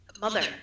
Mother